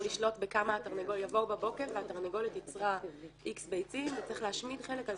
לשלוט בכמה ביצים התרנגולת יצרה ושצריך להשמיד חלק.